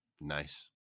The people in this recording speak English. Nice